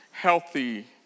healthy